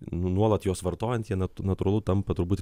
nuolat juos vartojant jie natūralu tampa turbūt